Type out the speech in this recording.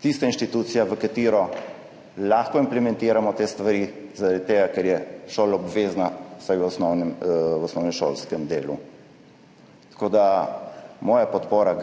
tista institucija, v katero lahko implementiramo te stvari, zaradi tega, ker je šoloobvezna, vsaj v osnovnem osnovnošolskem delu. Tako gre moja podpora